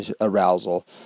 arousal